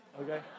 okay